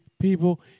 people